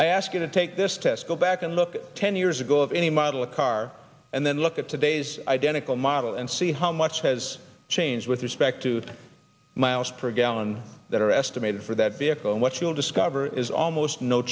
i ask you to take this test go back and look ten years ago of any model a car and then look at today's identical model and see how much has changed with respect to the mpg that are estimated for that vehicle and what you'll discover is almost no